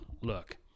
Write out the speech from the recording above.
Look